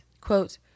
quote